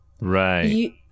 Right